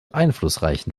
einflussreichen